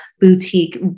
boutique